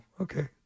Okay